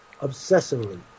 obsessively